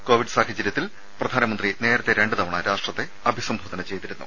Covid സാഹചര്യത്തിൽ പ്രധാനമന്ത്രി നേരത്തെ രണ്ട് തവണ രാഷ്ട്രത്തെ അഭിസംബോധന ചെയ്തിരുന്നു